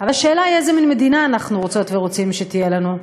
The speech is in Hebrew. אבל השאלה היא איזה מין מדינה אנחנו רוצות ורוצים שתהיה לנו,